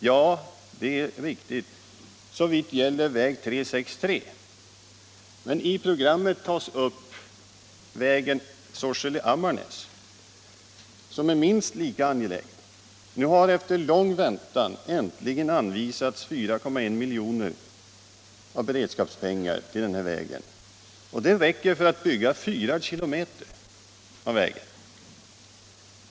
Ja, det är riktigt såvitt gäller väg 363. Men i programmet ingår också vägen Sorsele-Ammarnäs som är minst lika angelägen. Nu har efter lång väntan äntligen anvisats 4,1 miljoner av beredskapspengar till den vägen, och det räcker för att bygga 4 kilometer av vägen.